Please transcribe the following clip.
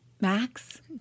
max